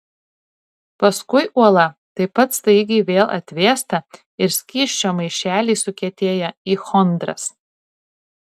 paskui uola taip pat staigiai vėl atvėsta ir skysčio maišeliai sukietėja į chondras